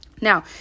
Now